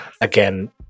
again